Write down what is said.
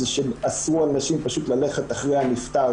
שהם אסרו על נשים פשוט ללכת אחרי הנפטר.